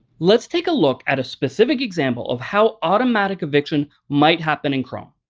let's take a look at a specific example of how automatic eviction might happen in chrome.